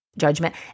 judgment